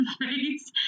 face